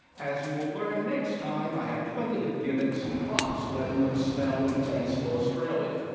as you will learn next time, i had plenty of gimmicks and props, letting them smell and taste ah australia.